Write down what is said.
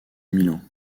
milan